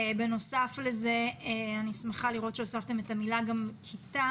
בנוסף לזה אני שמחה לראות שהוספתם את המילה כיתה